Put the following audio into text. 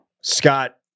scott